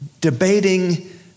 debating